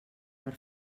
per